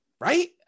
Right